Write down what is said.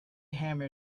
hammer